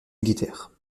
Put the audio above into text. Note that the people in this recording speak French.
militaire